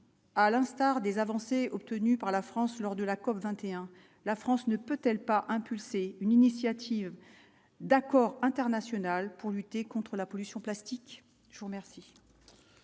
à l'instar des avancées obtenues par la France lors de la COP 21 la France ne peut-elle pas impulser une initiative d'accord international pour lutter contre la pollution, plastique, je vous remercie.